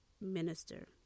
minister